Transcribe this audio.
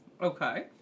Okay